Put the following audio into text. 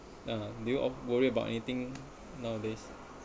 uh do you worry about anything nowadays